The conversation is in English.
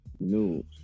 news